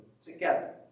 together